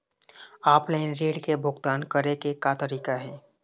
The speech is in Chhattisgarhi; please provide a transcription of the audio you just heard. ऑफलाइन ऋण के भुगतान करे के का तरीका हे?